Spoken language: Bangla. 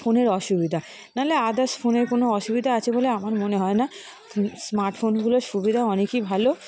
ফোনের অসুবিধা না হলে আদার্স ফোনের কোনো অসুবিধা আছে বলে আমার মনে হয় না স্মার্ট ফোনগুলোর সুবিধা অনেকই ভালো